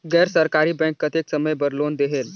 गैर सरकारी बैंक कतेक समय बर लोन देहेल?